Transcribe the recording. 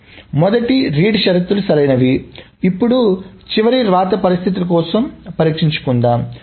కాబట్టి మొదటి రీడ్ షరతులు సరైనవి ఇప్పుడు చివరి వ్రాత పరిస్థితుల కోసం పరీక్షించుకుందాం